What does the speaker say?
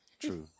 True